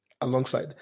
alongside